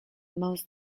most